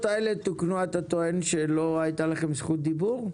הללו תוקנו אתה טוען שלא הייתה לכם זכות דיבור?